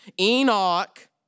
Enoch